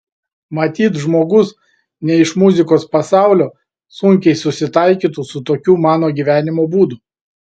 matyt žmogus ne iš muzikos pasaulio sunkiai susitaikytų su tokiu mano gyvenimo būdu